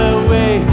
away